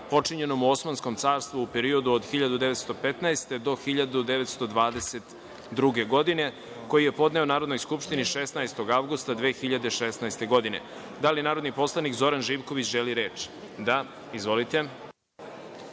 počinjenom u Osmanskom carstvu u periodu od 1915-1922. godine, koji je podneo Narodnoj skupštini 16. avgusta 2016. godine. Da li narodni poslanik Zoran Živković želi reč? Da. Izvolite.